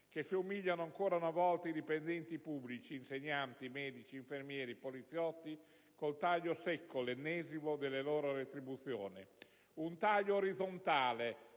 che si umiliano ancora una volta i dipendenti pubblici (insegnanti, medici, infermieri, poliziotti) con un taglio secco, l'ennesimo, alle loro retribuzioni. Un taglio orizzontale,